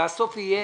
הסוף יהיה